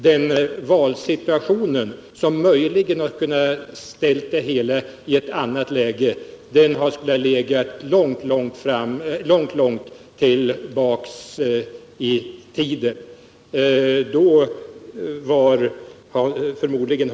Den tidpunkt då man möjligen hade kunnat välja annorlunda låg redan långt tillbaka i tiden.